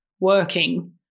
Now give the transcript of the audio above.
working